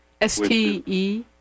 S-T-E